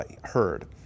heard